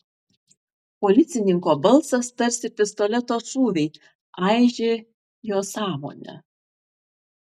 policininko balsas tarsi pistoleto šūviai aižė jo sąmonę